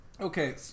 Okay